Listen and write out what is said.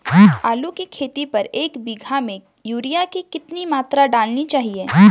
आलू की खेती पर एक बीघा में यूरिया की कितनी मात्रा डालनी चाहिए?